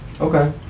Okay